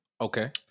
Okay